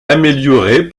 améliorer